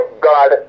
God